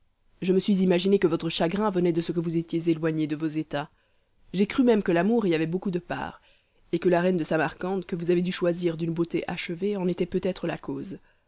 je me suis imaginé que votre chagrin venait de ce que vous étiez éloigné de vos états j'ai cru même que l'amour y avait beaucoup de part et que la reine de samarcande que vous avez dû choisir d'une beauté achevée en était peut-être la cause